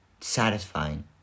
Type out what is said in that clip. satisfying